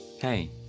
Hey